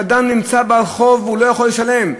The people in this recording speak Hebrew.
כשאדם נמצא בעל חוב והוא לא יכול לשלם.